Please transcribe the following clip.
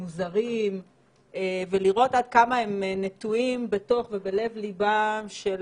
מוזרים ולראות עד כמה הם נטועים ובלב ליבם של